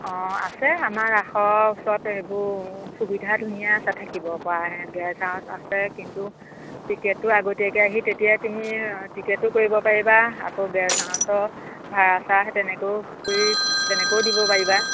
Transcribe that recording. অঁ আছে আমাৰ আখৰ ওচৰত সেইবোৰ সুবিধা ধুনীয়া আছে থাকিব পৰা গেছ হাউছ আছে কিন্তু টিকেটটো আগতীয়াকে আহি তেতিয়া তুমি টিকেটো কৰিব পাৰিবা আকৌ গেছ হাউছৰ ভাড়া চাড়া তেনেকেও কৰি তেনেকৈও দিব পাৰিবা